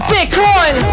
Bitcoin